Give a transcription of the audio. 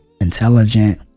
intelligent